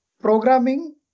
programming